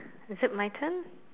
is it my turn